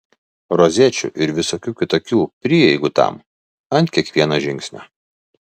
rozečių ir visokių kitokių prieigų tam ant kiekvieno žingsnio